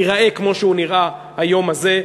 ייראה כמו שהוא נראה היום הזה.